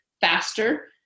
faster